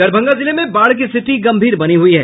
दरभंगा जिले में बाढ़ की स्थिति गम्भीर बनी हुई है